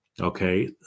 okay